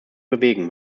bewegen